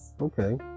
Okay